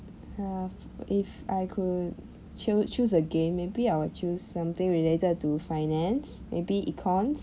uh if I could cho~ choose again maybe I would choose something related to finance maybe econs